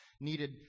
needed